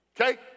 okay